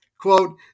Quote